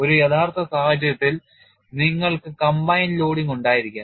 ഒരു യഥാർത്ഥ സാഹചര്യത്തിൽ നിങ്ങൾക്ക് സംയോജിത ലോഡിംഗ് ഉണ്ടായിരിക്കാം